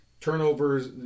Turnovers